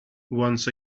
once